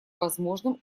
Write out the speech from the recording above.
возможным